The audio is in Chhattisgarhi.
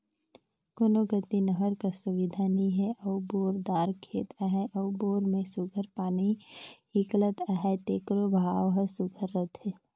कोनो कती नहर कर सुबिधा नी हे अउ बोर दार खेत अहे अउ बोर में सुग्घर पानी हिंकलत अहे तेकरो भाव हर सुघर रहथे